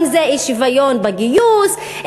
אם אי-שוויון בגיוס,